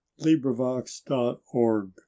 LibriVox.org